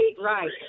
right